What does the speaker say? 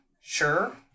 Sure